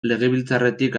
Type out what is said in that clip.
legebiltzarretik